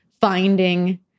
finding